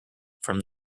from